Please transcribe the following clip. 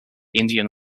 indian